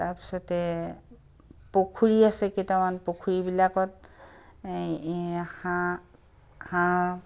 তাৰপিছতে পুখুৰী আছে কেইটামান পুখুৰীবিলাকত এই হাঁহ হাঁহ